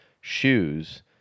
shoes